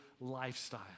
lifestyle